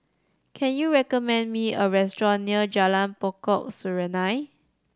can you recommend me a restaurant near Jalan Pokok Serunai